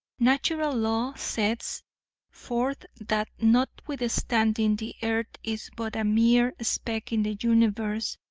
natural law sets forth that notwithstanding the earth is but a mere speck in the universe,